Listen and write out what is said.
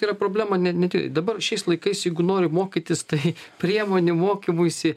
tai yra problema ne net jei dabar šiais laikais jeigu nori mokytis tai priemonių mokymuisi